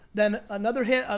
then another hit,